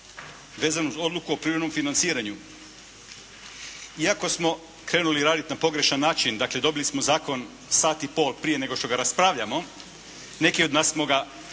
vezano uz odluku o privremenom financiranju. Iako smo krenuli raditi na pogrešan način, dakle dobili smo zakon sat i pol prije nego što ga raspravljamo neki od nas smo ga